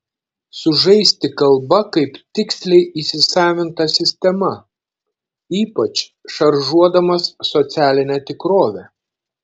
sužaisti kalba kaip tiksliai įsisavinta sistema ypač šaržuodamas socialinę tikrovę